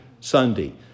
Sunday